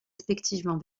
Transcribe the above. respectivement